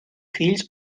fills